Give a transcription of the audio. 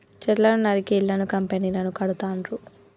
చెట్లను నరికి ఇళ్లను కంపెనీలను కడుతాండ్రు